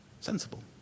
sensible